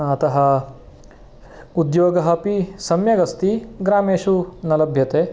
अतः उद्योगः अपि सम्यगस्ति ग्रामेषु न लभ्यते